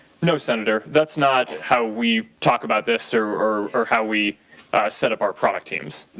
no, senator. that's not how we talk about this or or how we set up our product teams.